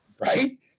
right